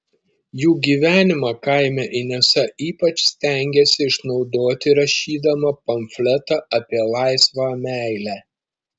jų gyvenimą kaime inesa ypač stengėsi išnaudoti rašydama pamfletą apie laisvą meilę